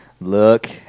Look